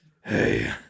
Hey